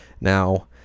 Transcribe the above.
Now